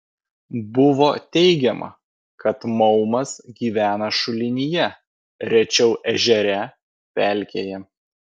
buvo teigiama kad maumas gyvena šulinyje rečiau ežere pelkėje